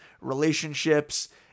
relationships